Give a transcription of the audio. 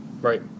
Right